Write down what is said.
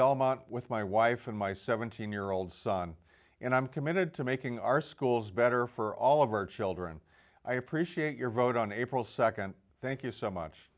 belmont with my wife and my seventeen year old son and i'm committed to making our schools better for all of our children i appreciate your vote on april nd thank you so much